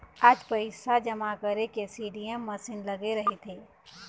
आज पइसा जमा करे के सीडीएम मसीन लगे रहिथे